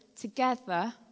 together